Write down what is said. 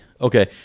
Okay